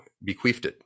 bequeathed